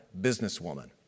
businesswoman